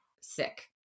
sick